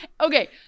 Okay